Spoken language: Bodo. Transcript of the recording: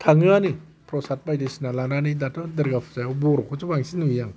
थाङोआनो फ्रसाद बायदिसिना लानानै दाथ' दुरगा फुजायाव बर'खौसो बांसिन नुयो आं